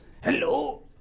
Hello